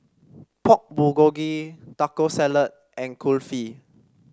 Pork Bulgogi Taco Salad and Kulfi